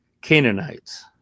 Canaanites